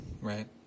right